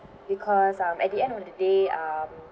because um at the end of the day um